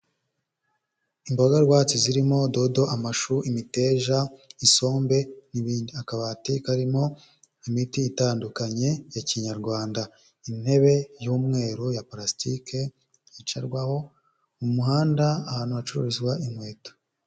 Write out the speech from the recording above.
Imboga rwatsi zirimo dodo, amashu, imiteja, isombe n'ibindi, akabati karimo imiti itandukanye ya kinyarwanda, intebe y'umweru ya purasitike yicarwaho, umuhanda ahantu hacururizwa inkweto.